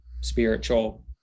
spiritual